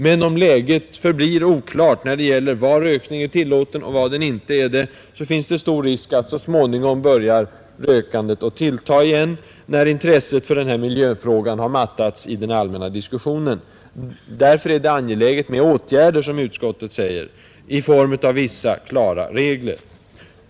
Men om läget förblir oklart när det gäller var rökning är tillåten och var den inte är det, finns det stor risk att rökandet så småningom börjar tillta igen, när intresset för den här miljöfrågan har mattats i den allmänna diskussionen. Därför är det angeläget med åtgärder, som utskottet säger, i form av vissa klara regler.